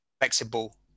flexible